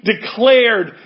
declared